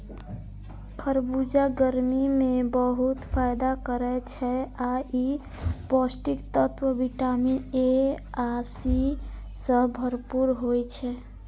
खरबूजा गर्मी मे बहुत फायदा करै छै आ ई पौष्टिक तत्व विटामिन ए आ सी सं भरपूर होइ छै